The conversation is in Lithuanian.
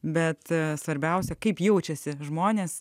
bet svarbiausia kaip jaučiasi žmonės